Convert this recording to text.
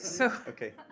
okay